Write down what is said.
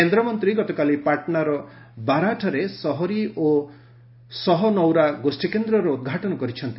କେନ୍ଦ୍ରମନ୍ତ୍ରୀ ଗତକାଲି ପାଟ୍ନାର ବାର୍ହଠାରେ ସହରୀ ଓ ସହନୌରା ଗୋଷ୍ଠୀକେନ୍ଦ୍ରର ଉଦ୍ଘାଟନ କରିଛନ୍ତି